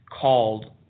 called